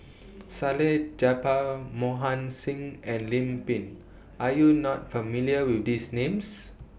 Salleh Japar Mohan Singh and Lim Pin Are YOU not familiar with These Names